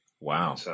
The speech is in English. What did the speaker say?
Wow